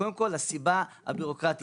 קודם כל הסיבה הביורוקרטית.